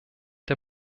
der